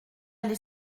les